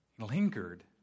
Lingered